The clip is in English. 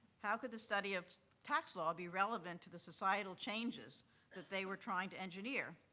how could the study of tax law be relevant to the societal changes that they were trying to engineer?